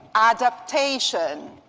adaptation.